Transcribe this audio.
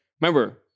remember